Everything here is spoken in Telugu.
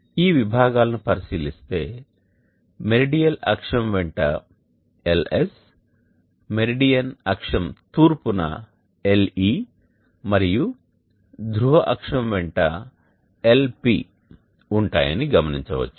ఈ విభాగాలను పరిశీలిస్తే మెరిడియల్ అక్షం వెంట LS మెరిడియన్ అక్షం తూర్పున LE మరియు ధ్రువ అక్షం వెంట Lp ఉంటాయని గమనించవచ్చు